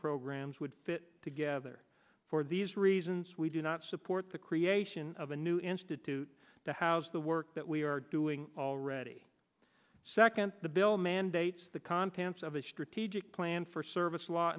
programmes would fit together for these reasons we do not support the creation of a new institute to house the work that we are doing already second the bill mandates the contents of a strategic plan for service law